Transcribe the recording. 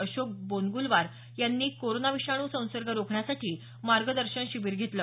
अशोक बोनग्लवार यांनी कोरोना विषाणू संसर्ग रोखण्यासाठी मार्गदर्शन शिबीर घेतलं